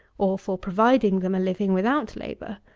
or for providing them a living without labour,